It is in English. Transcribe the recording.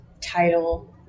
title